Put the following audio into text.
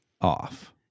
off